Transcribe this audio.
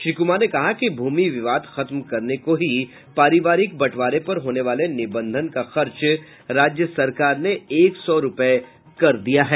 श्री कुमार ने कहा कि भूमि विवाद खत्म करने को ही पारिवारिक बंटवारे पर होने वाले निबंधन का खर्च राज्य सरकार ने एक सौ रुपये कर दिया है